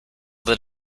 that